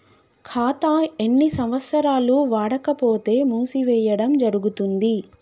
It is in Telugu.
ఖాతా ఎన్ని సంవత్సరాలు వాడకపోతే మూసివేయడం జరుగుతుంది?